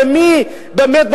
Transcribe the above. במי באמת,